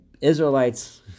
Israelites